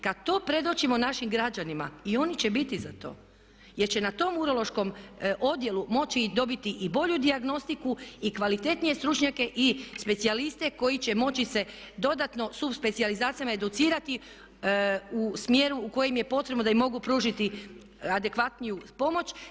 Kad to predočimo našim građanima i oni će biti za to, jer će na tom urološkom odjelu moći dobiti i bolju dijagnostiku i kvalitetnije stručnjake i specijaliste koji će moći se dodatno subspecijalizacijama educirati u smjeru u kojem je potrebno da im mogu pružiti adekvatniju pomoć.